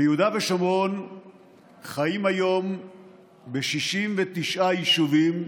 ביהודה ושומרון חיים היום ב-69 יישובים,